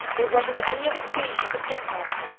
there wasn't any other plea she could think of.